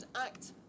act